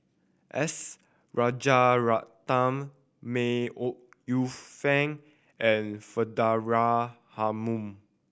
S Rajaratnam May Ooi Yu Fen and Faridah Hanum